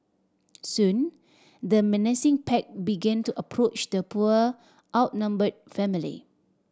soon the menacing pack began to approach the poor outnumbered family